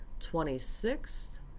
26th